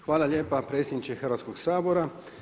Hvala lijepa predsjedniče Hrvatskog sabora.